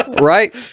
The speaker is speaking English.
Right